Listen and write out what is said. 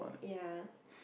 ya